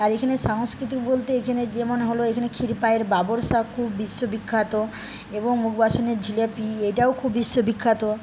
আর এখানে সংস্কৃতি বলতে এখানে যেমন হল ক্ষীরপায়ের বাবরশা খুব বিশ্ববিখ্যাত এবং উপাবাসনের জিলিপি এটাও খুব বিশ্ববিখ্যাত